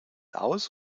aus